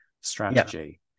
strategy